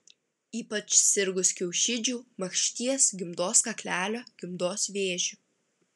ypač sirgus kiaušidžių makšties gimdos kaklelio gimdos vėžiu